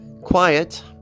quiet